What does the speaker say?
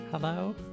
Hello